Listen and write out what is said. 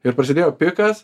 ir prasidėjo pikas